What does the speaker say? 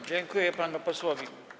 Dziękuję panu posłowi.